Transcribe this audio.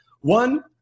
One